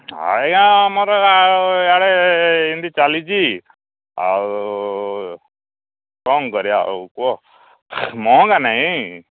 ଆଜ୍ଞା ମୋର ଇଆଡ଼େ ଏମିତି ଚାଲିଛି ଆଉ କ'ଣ କରିବା ଆଉ କୁହ ମହଙ୍ଗା ନାଇଁ